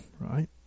right